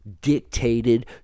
dictated